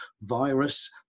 virus